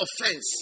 offense